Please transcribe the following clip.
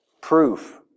proof